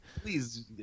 Please